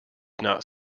not